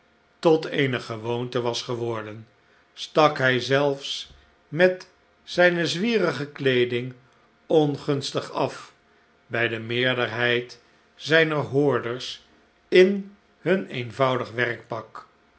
tot eene gewoonte was geworden stak hij zelfs met zijne zwierige kleeding ongunstig af bij de meerderheid zijner hoorders in hun eenvoudig werkpak